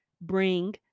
bring